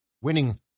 winning